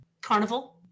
carnival